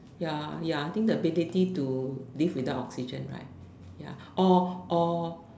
ya ya I think the ability to live without oxygen right ya or or